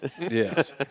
yes